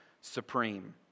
supreme